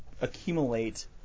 accumulate